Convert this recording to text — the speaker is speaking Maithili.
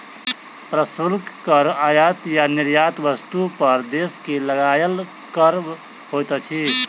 प्रशुल्क कर आयात आ निर्यात वस्तु पर देश के लगायल कर होइत अछि